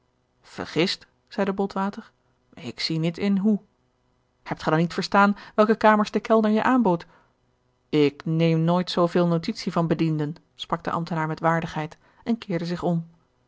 vergist zeide botwater ik zie niet in hoe hebt ge dan niet verstaan welke kamers de kellner je aanbood ik neem nooit zooveel notitie van bedienden sprak de ambtenaar met waardigheid en keerde zich om